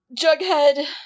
Jughead